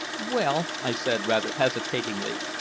well, i said rather hesitatingly,